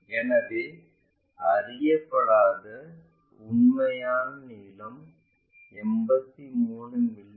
எனவே அறியப்படாத உண்மையான நீளம் 83 மி